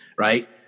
Right